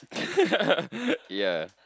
ya